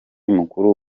mukuru